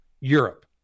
Europe